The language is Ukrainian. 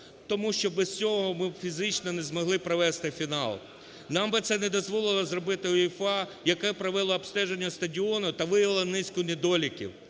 Тому що без цього б ми фізично не змогли провести фінал. Нам би це не дозволило зробити УЄФА, яке провело обстеження стадіону та виявило низку недоліків.